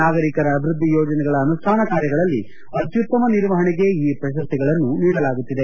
ನಾಗರಿಕರ ಅಭಿವೃದ್ದಿ ಯೋಜನೆಗಳ ಅನುಷ್ಠಾನ ಕಾರ್ಯಗಳಲ್ಲಿ ಅತ್ತುತ್ತಮ ನಿರ್ವಹಣೆಗೆ ಈ ಪ್ರಶಸ್ತಿಗಳನ್ನು ನೀಡಲಾಗುತ್ತಿದೆ